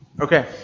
Okay